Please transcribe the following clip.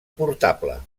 portable